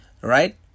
right